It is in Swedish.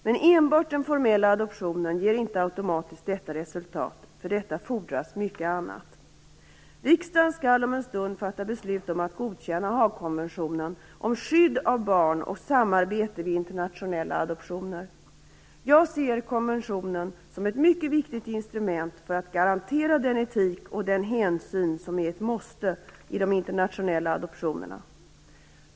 Men enbart den formella adoptionen ger inte automatiskt detta resultat. För detta fordras mycket annat. Riksdagen skall om en stund fatta beslut om att godkänna Haagkonventionen om skydd av barn och samarbete vid internationella adoptioner. Jag ser konventionen som ett mycket viktigt instrument för att garantera den etik och den hänsyn som är ett måste i de internationella adoptionerna.